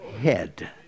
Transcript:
head